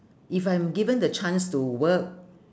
if I'm given the chance to work